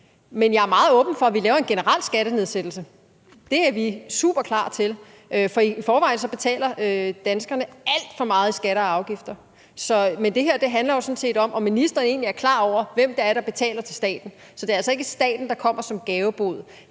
Men jeg er meget åben for, at vi laver en generel skattenedsættelse; det er vi superklar til, for i forvejen betaler danskerne alt for meget i skatter og afgifter. Men det her handler jo sådan set om, om ministeren egentlig er klar over, hvem det er, der betaler til staten. Så det er altså ikke staten, der kommer med en gavebod.